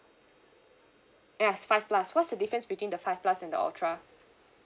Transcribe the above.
yes five plus what's the difference between the five plus and the ultra